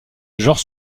genre